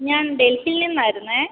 ഞാൻ ഡൽഹിയിൽ നിന്നാരുന്നു